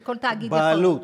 שכל תאגיד הוא,